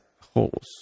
holes